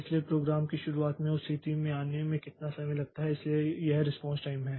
इसलिए प्रोग्राम की शुरुआत से उस स्थिति में आने में कितना समय लगता है इसलिए यह रेस्पॉन्स टाइम है